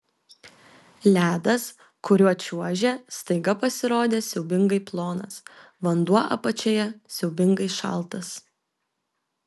ledas kuriuo čiuožė staiga pasirodė siaubingai plonas vanduo apačioje siaubingai šaltas